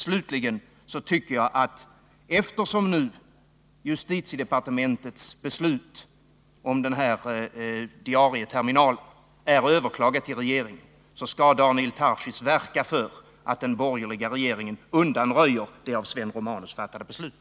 Slutligen tycker jag att Daniel Tarschys, eftersom justitiedepartementets beslut om den här diarieterminalen nu är överklagat i regeringen, skall verka för att den borgerliga regeringen undanröjer det av Sven Romanus fattade beslutet.